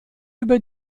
über